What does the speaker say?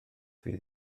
fydd